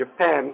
Japan